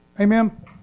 Amen